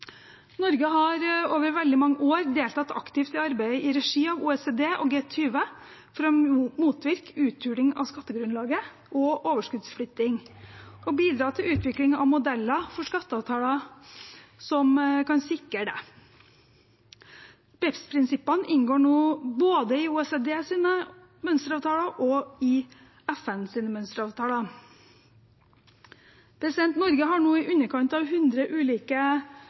Norge har over veldig mange år deltatt aktivt i arbeidet i regi av OECD og G20 for å motvirke uthuling av skattegrunnlaget og overskuddsflytting og bidra til utvikling av modeller for skatteavtaler som kan sikre det. BEPS-prinsippene inngår nå både i OECDs mønsteravtaler og i FNs mønsteravtaler. Norge har nå i underkant av 100 ulike